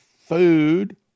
food